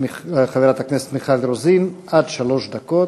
חברת הכנסת מיכל רוזין, עד שלוש דקות.